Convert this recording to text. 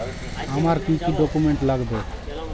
আমার কি কি ডকুমেন্ট লাগবে?